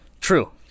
True